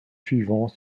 suivants